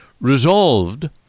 resolved